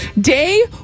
day